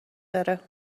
داره